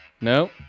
No